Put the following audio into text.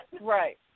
Right